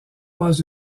pas